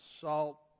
salt